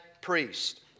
priest